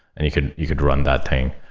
and you could you could run that thing.